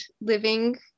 living